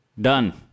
Done